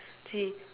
she